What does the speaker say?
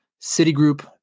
Citigroup